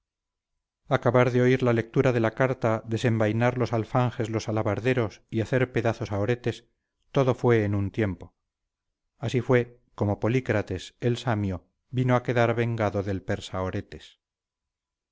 acabar de oír la lectura de la carta desenvainar los alfanjes los alabarderos y hacer pedazos a oretes todo fue en un tiempo así fue como polícrates el samio vino a quedar vengado del